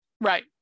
Right